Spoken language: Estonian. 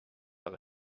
aga